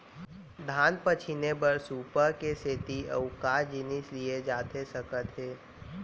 धान पछिने बर सुपा के सेती अऊ का जिनिस लिए जाथे सकत हे?